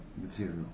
material